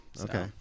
Okay